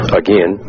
again